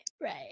Right